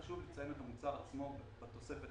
חשוב לציין את המוצר עצמו בתוספת.